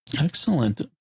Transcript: Excellent